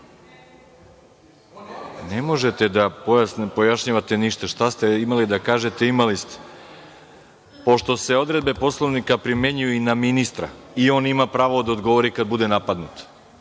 Ne možete da pojašnjavate ništa. Šta ste imali da kažete, imali ste. Pošto se odredbe Poslovnika primenjuju i na ministra, i on ima pravo da odgovori kada bude napadnut.